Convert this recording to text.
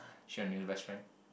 is she your new best friend